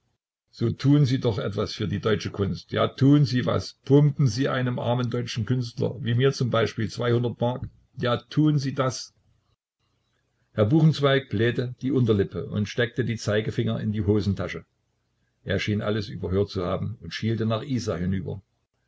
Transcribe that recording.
so tun sie doch etwas für die deutsche kunst ja tun sie was pumpen sie einem armen deutschen künstler wie mir zum beispiel zweihundert mark ja tun sie das herr buchenzweig blähte die unterlippe und steckte die zeigefinger in die hosentaschen er schien alles überhört zu haben und schielte nach isa hinüber